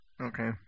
Okay